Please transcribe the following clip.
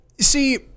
See